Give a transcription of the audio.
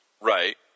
Right